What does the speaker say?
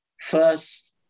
first